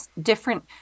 different